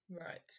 Right